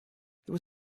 there